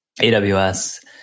AWS